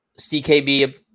CKB